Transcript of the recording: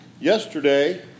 Yesterday